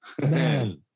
Man